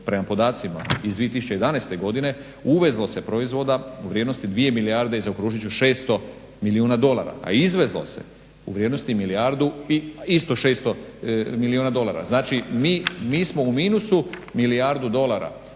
prema podacima iz 2011. godine uvezlo se proizvoda u vrijednosti 2 600 milijuna dolara, a izvezlo se u vrijednosti 1 600 milijuna dolara. Znači, mi smo u minusu milijardu dolara.